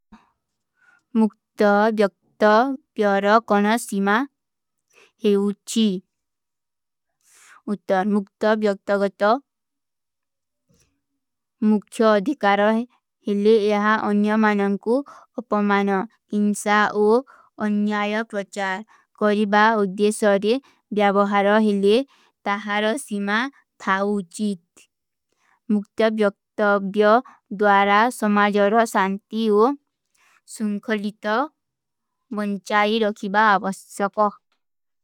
ମୁକ୍ତବ୍ଯକ୍ତଵ୍ଯାର କନା ସିମା ହୈ ଉଚୀ। ଉତ୍ତର ମୁକ୍ତବ୍ଯକ୍ତଗତ ମୁଖ୍ଚ ଅଧିକାରହେଲେ ଯହା ଅନ୍ଯମାନନ କୁ ଅପମାନନ, ଇଂସା ଓ ଅନ୍ଯାଯ ପ୍ରଚାର କରିବା ଉଦ୍ଧେଶାରେ ଵ୍ଯାବହରହେଲେ ତାହର ସିମା ଥା ଉଚୀତ। ମୁକ୍ତବ୍ଯକ୍ତଵ୍ଯାର କନା ସିମା ହୈ ଉତ୍ତର ମୁକ୍ତବ୍ଯକ୍ତଵ୍ଯାର କନା ସିମା ହୈ ଉଚୀତ।